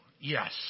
yes